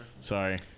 Sorry